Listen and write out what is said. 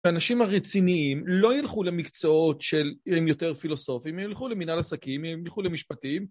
האנשים הרציניים לא ילכו למקצועות שהם יותר פילוסופיים, הם ילכו למנהל עסקים, הם ילכו למשפטים.